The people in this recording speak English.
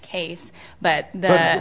case but th